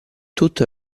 tutto